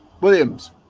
Williams